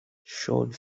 showed